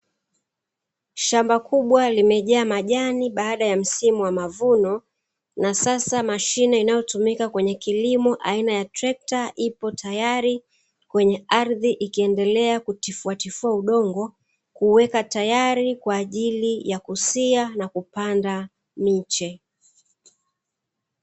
Shamba kubwa limejaa majani baada ya msimu wa mavuno, na sasa mashine inayotumika kwenye kilimo aina ya trekta ipo tayari kwenye ardhi ikiendelea kutifua tuifua udongo, kuuweka tayari kwa ajili ya kusia na kupanda miche.